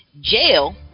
jail